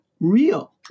Real